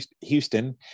Houston